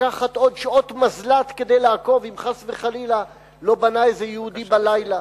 לקחת עוד שעות מזל"ט כדי לעקוב אם חס וחלילה לא בנה איזה יהודי בלילה.